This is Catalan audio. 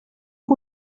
que